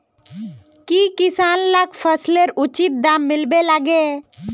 की किसान लाक फसलेर उचित दाम मिलबे लगे?